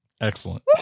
Excellent